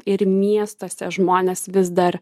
ir miestuose žmonės vis dar